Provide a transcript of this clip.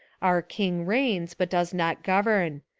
our king reigns but does not govern.